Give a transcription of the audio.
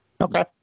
Okay